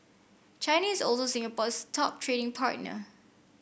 China is also Singapore's top trading partner